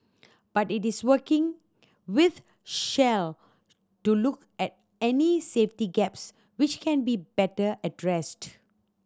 but it is working with Shell to look at any safety gaps which can be better addressed